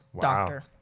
doctor